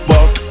Fuck